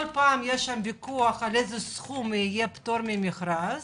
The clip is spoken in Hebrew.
כל פעם יש ויכוח על איזה סכום יהיה הפטור ממכרז